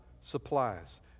supplies